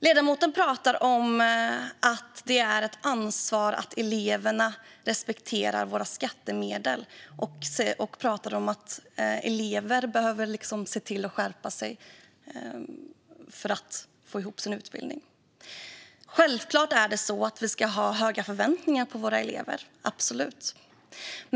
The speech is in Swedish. Ledamoten pratar om att det är ett ansvar för eleverna att respektera våra skattemedel och att elever behöver se till att skärpa sig för att få ihop sin utbildning. Självklart ska vi ha höga förväntningar på våra elever - absolut!